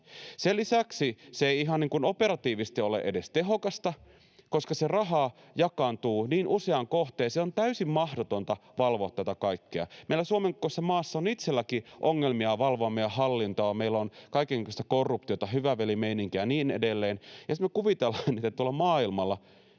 Sen lisäksi se ei ihan operatiivisesti ole edes tehokasta, koska se raha jakaantuu niin useaan kohteeseen. On täysin mahdotonta valvoa tätä kaikkea. Meillä Suomen kokoisessa maassa on itselläkin ongelmia valvoa meidän hallintoa ja meillä on kaikennäköistä korruptiota, hyvävelimeininkiä ja niin edelleen, ja sitten me kuvitellaan, että tuolla maailmalla